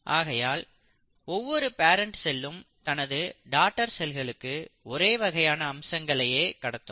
ஆகையால் ஒவ்வொரு பேரெண்ட் செல்லும் தனது டாட்டர் செல்களுக்கு ஒரே வகையான அம்சங்களையே கடத்தும்